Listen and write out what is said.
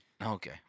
Okay